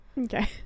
Okay